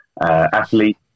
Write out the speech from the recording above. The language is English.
athlete